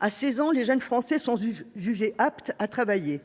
à 16 ans, les jeunes Français sont jugés aptes à travailler ;